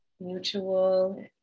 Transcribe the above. mutual